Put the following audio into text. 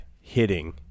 hitting